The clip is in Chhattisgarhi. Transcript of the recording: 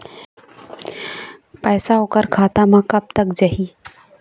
पैसा ओकर खाता म कब तक जाही?